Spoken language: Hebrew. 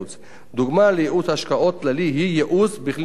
דוגמה לייעוץ השקעות כללי היא ייעוץ בכלי התקשורת,